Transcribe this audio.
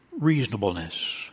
reasonableness